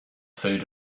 food